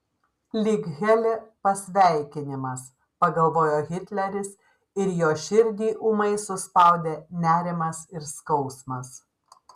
lyg heli pasveikinimas pagalvojo hitleris ir jo širdį ūmai suspaudė nerimas ir skausmas